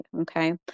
okay